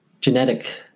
genetic